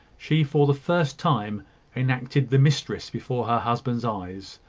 she for the first time enacted the mistress before her husband's eyes,